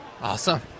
Awesome